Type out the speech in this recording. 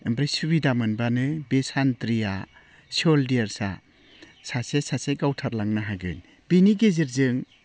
ओमफ्राय सुबिदा मोनबानो बे सान्थ्रिआ सलजोर्सआ सासे सासे गावथारलांनो हागोन बेनि गेजेरजों